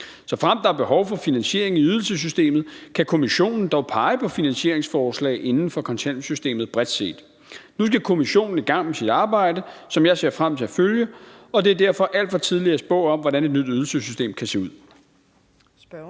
Såfremt der er behov for finansiering i ydelsessystemet, kan kommissionen dog pege på finansieringsforslag inden for kontanthjælpssystemet bredt set. Nu skal kommissionen i gang med sit arbejde, som jeg ser frem til at følge, og det er derfor alt for tidligt at spå om, hvordan et nyt ydelsessystem kan se ud.